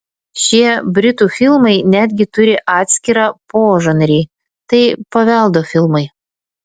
šie britų filmai netgi turi atskirą požanrį tai paveldo filmai